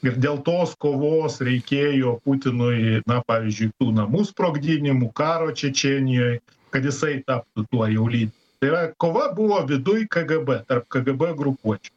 ir dėl tos kovos reikėjo putinui na pavyzdžiui tų namų sprogdinimų karo čečėnijoj kad jisai taptų tuo jau ly tai yra kova buvo viduj kgb tarp kgb grupuočių